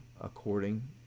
according